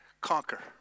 conquer